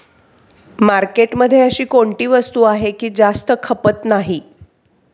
मार्केटमध्ये अशी कोणती वस्तू आहे की जास्त खपत नाही?